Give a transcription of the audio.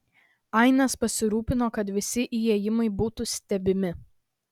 ainas pasirūpino kad visi įėjimai būtų stebimi